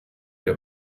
der